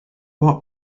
what